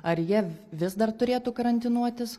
ar jie vis dar turėtų karantinuotis